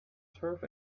turf